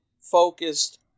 focused